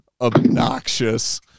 obnoxious